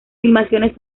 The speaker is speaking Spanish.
filmaciones